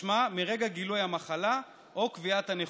משמע מרגע גילוי המחלה או קביעת הנכות.